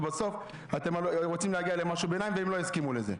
ובסוף אתם רוצים להגיע למשהו ביניים והם לא הסכימו לזה.